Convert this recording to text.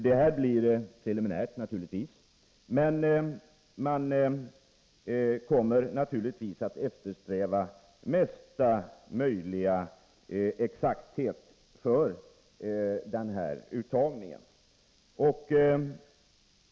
Beskedet blir naturligtvis preliminärt, men man kommer att eftersträva största möjliga exakthet i uppgifterna om uttagningen.